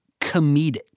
comedic